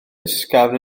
ysgafn